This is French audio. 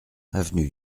avenue